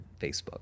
Facebook